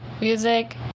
music